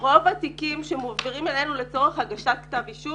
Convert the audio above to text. רוב התיקים שמועברים אלינו לצורך הגשת כתב אישום,